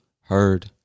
heard